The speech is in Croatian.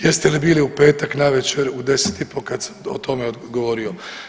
Jeste li bili u petak navečer u 10 i po kad sam o tome govorio?